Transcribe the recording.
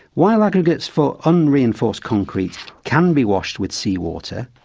while aggregates for unreinforced concrete can be washed with seawater,